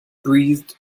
breathed